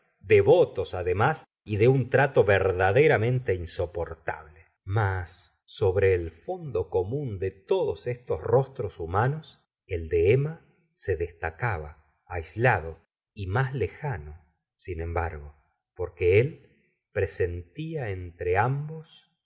devotos ademas y de un trato verdaderamente insoportable mas sobre el fondo común de todos estos rostros humanos el de emma se destacaba aislado y mas lejano sin embargo porque él presentía entre ambos